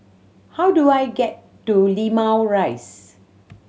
how do I get to Limau Rise